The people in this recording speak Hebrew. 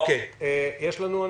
שום בעיה,